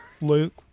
Luke